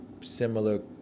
similar